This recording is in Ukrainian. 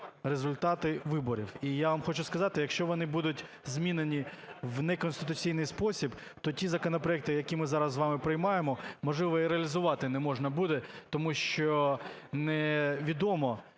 результати виборів. І я вам хочу сказати, якщо вони будуть змінені в неконституційний спосіб, то ті законопроекти, які ми зараз з вами приймаємо, можливо, і реалізувати не можна буде, тому що невідомо